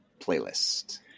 playlist